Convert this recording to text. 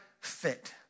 fit